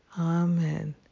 amen